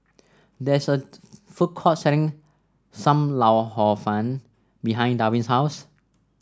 there is a food court selling Sam Lau Hor Fun behind Darwin's house